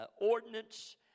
ordinance